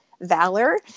valor